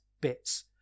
bits